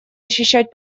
защищать